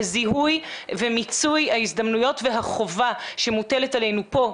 לזיהוי ומיצוי ההזדמנויות והחובה שמוטלת עלינו פה,